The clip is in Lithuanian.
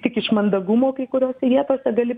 tik iš mandagumo kai kuriose vietose gali